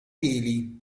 peli